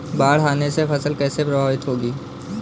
बाढ़ आने से फसल कैसे प्रभावित होगी?